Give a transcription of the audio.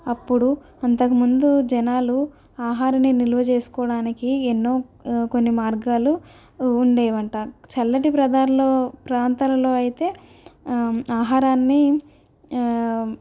అప్పుడు అంతకుముందు జనాలు ఆహారాన్ని నిల్వ చేసుకోవడానికి ఎన్నో కొన్ని మార్గాలు ఉండేవట చల్లటి ప్రాంతాల్లో ప్రాంతాలలో అయితే ఆహారాన్ని